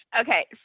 Okay